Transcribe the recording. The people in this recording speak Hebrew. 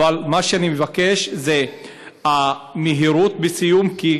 אבל מה שאני מבקש זה מהירות בסיום תיק,